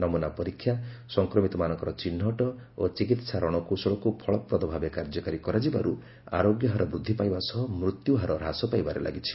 ନମୁନା ପରୀକ୍ଷା ସଂକ୍ରମିତମାନଙ୍କର ଚିହ୍ନଟ ଓ ଚିକିତ୍ସା ରଣକୌଶଳକୁ ଫଳପ୍ରଦଭାବେ କାର୍ଯ୍ୟକାରୀ କରାଯିବାରୁ ଆରୋଗ୍ୟ ହାର ବୃଦ୍ଧି ପାଇବା ସହ ମୃତ୍ୟୁହାର ହ୍ରାସ ପାଇବାରେ ଲାଗିଛି